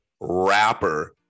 rapper